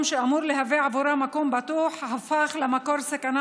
שאמור להוות עבורה מקום בטוח הפך למקור סכנה,